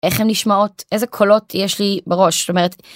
איך הן נשמעות, איזה קולות יש לי בראש, זאת אומרת.